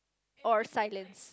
or silence